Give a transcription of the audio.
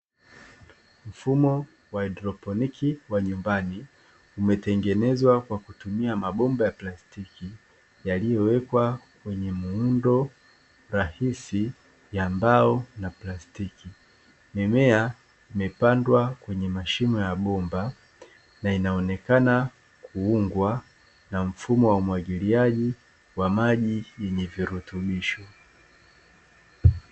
Mfumo wa haidroponi wa nyumbani umetengenezwa kwa kutumia mabomba ya plastiki yaliyowekwa kwenye muundo rahisi ya mbao na plastiki, mimea imepandwa kwenye mashimo ya bomba na inaonekana kuungwa na mfumo wa umwagiliaji wa maji yenye virutubisho.